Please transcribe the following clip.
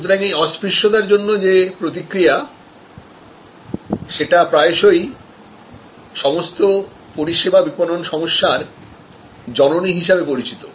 সুতরাং এই অস্পৃশ্যতার জন্য যে প্রতিক্রিয়া সেটি প্রায়শই সমস্ত পরিষেবা বিপণন সমস্যার জননী হিসাবে পরিচিত